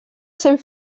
sent